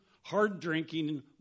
hard-drinking